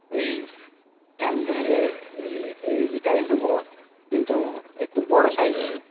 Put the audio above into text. ওই স্যামসাংয়ের এলজিটাই নেব কিন্তু একটু বড়ো সাইজের